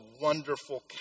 Wonderful